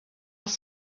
als